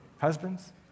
Husbands